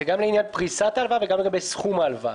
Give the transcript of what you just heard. זה גם לעניין פריסת ההלוואה וגם לעניין סכום ההלוואה.